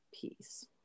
peace